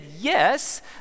yes